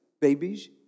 babies